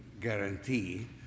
guarantee